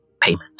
payment